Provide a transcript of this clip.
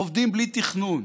עובדים בלי תכנון.